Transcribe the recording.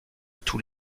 tous